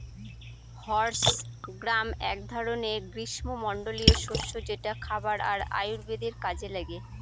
horse gram এক ধরনের গ্রীস্মমন্ডলীয় শস্য যেটা খাবার আর আয়ুর্বেদের কাজে লাগে